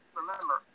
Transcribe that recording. remember